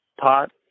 pot